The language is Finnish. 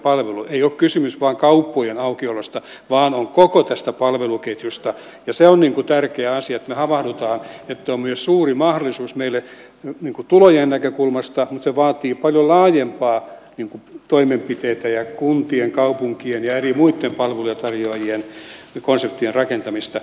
ei ole kysymys vain kauppojen aukiolosta vaan koko tästä palveluketjusta ja se on tärkeä asia että me havahdumme että se on myös suuri mahdollisuus meille tulojen näkökulmasta mutta se vaatii paljon laajempia toimenpiteitä ja kuntien kaupunkien ja eri muitten palveluja tarjoajien konseptien rakentamista